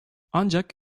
ancak